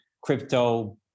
crypto